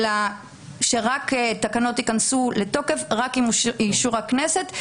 אלא שרק התקנות ייכנסו לתוקף רק עם אישור הכנסת.